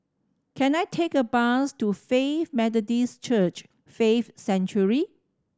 can I take a bus to Faith Methodist Church Faith Sanctuary